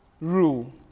rule